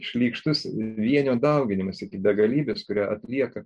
šlykštus vieno dauginimas iki begalybės kurią atlieka